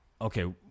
Okay